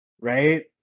right